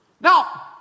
Now